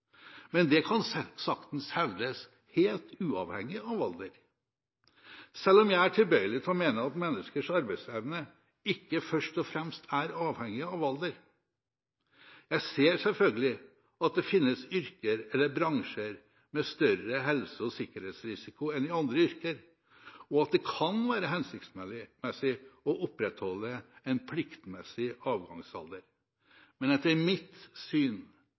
Men det kan saktens hevdes, helt uavhengig av alder. Selv om jeg er tilbøyelig til å mene at menneskers arbeidsevne ikke først og fremst er avhengig av alder, ser jeg selvfølgelig at det finnes yrker eller bransjer med større helse- og sikkerhetsrisiko enn andre yrker, og at det kan være hensiktsmessig å opprettholde en pliktmessig avgangsalder. Men etter mitt syn